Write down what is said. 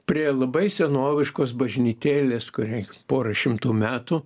prie labai senoviškos bažnytėlės kuriai pora šimtų metų